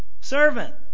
Servant